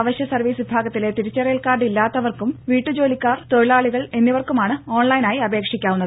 അവശ്യ സർവ്വീസ് വിഭാഗത്തിലെ തിരിച്ചറിയൽ കാർഡ് ഇല്ലാത്തവർക്കും വീട്ടുജോലിക്കാർ തൊഴിലാളികൾ എന്നിവർക്കുമാണ് ഓൺലൈനായി അപേക്ഷിക്കാവുന്നത്